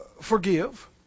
forgive